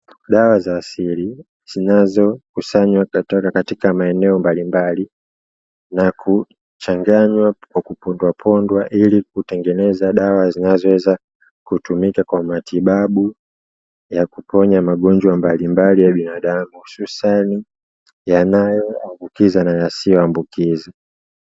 Dawa za asili zinazokusanywa kutoka katika maeneo mbalimbali na kuchanganywa kwa kupondwa pondwa ili kutengeneza dawa zinazoweza kutumika kwa matibabu ya kuponya magonjwa mbalimbali ya binadamu hasa yanayoambukiza na yasiyo ambukiza.